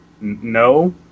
No